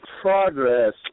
progress